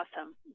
awesome